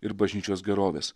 ir bažnyčios gerovės